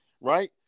Right